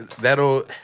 That'll